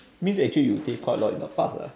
means actually you save quite a lot in the past lah